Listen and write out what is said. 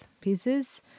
pieces